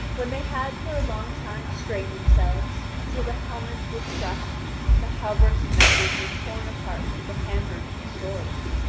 when they had for a long time strained themselves, until the helmets were crushed, and the hauberks' meshes were torn apart with the hammering of the swords,